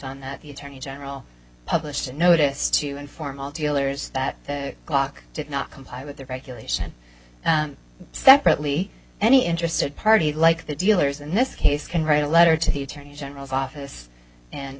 on that the attorney general published a notice to inform all dealers that glock did not comply with the regulation separately any interested party like the dealers in this case can write a letter to the attorney general's office and